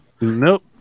nope